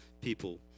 people